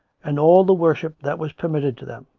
and all the worship that was permitted to them,